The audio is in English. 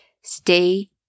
stay